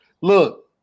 Look